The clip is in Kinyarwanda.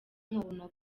nkabona